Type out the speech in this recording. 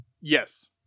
Yes